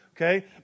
Okay